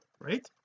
right